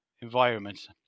environment